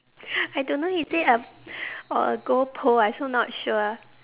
I don't know is it a or a goal pole